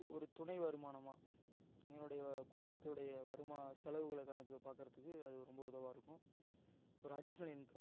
ஒரு துணை வருமானமாக என்னுடைய குடும்பத்தினுடைய வருமா செலவுகளை கணக்கு பார்க்குறதுக்கு அது ரொம்ப இதுவாக இருக்கும் ஒரு அடிஷ்னல் இன்கம்